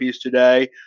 today